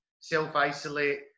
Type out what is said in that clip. self-isolate